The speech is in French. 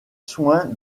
soin